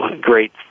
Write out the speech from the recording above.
great